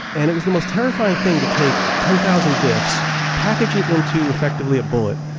and it was the most terrifying thing to take ten thousand diffs, package it into effectively a bullet,